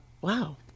wow